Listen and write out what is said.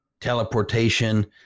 teleportation